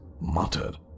muttered